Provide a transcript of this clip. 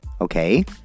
Okay